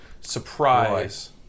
surprise